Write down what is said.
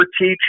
teach